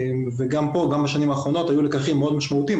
וגם בשנים האחרונות היו לקחים מאוד משמעותיים.